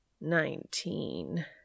Nineteen